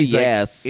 yes